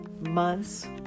months